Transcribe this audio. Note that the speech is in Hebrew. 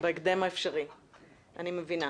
אני מבינה.